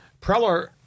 Preller